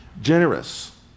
Generous